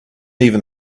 even